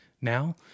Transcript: now